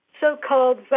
so-called